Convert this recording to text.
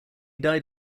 died